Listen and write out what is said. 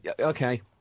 Okay